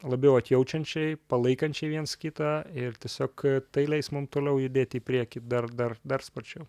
labiau atjaučiančiai palaikančiai viens kitą ir tiesiog tai leis mum toliau judėti į priekį dar dar dar sparčiau